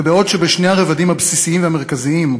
ובעוד בשני הרבדים הבסיסיים והמרכזיים,